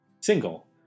Single